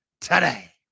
today